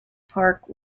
park